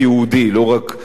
לא רק דמוקרטי.